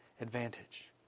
advantage